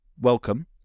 welcome